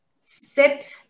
sit